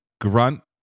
grunt